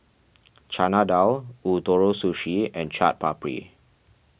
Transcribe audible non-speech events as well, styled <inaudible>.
<noise> Chana Dal Ootoro Sushi and Chaat Papri